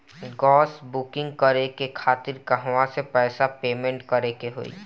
Gas booking करे के खातिर कहवा से पैसा पेमेंट करे के होई?